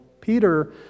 Peter